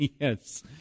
yes